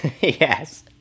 yes